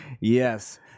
yes